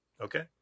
Okay